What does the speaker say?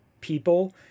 people